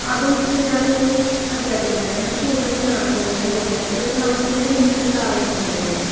അതും ഇപ്പം ഞാൻ ഒരു അദ്ധ്യാപികയാണ് ഞാൻ സ്കൂൾ ബസ്സിനാണ് ദിവസം പോകുന്നത് എനിക്ക് നാൽപ്പത്തി അഞ്ച് മിനിറ്റ് ട്രാവലിങ്ങ് ഉണ്ട് ഇവിടെ നിന്ന്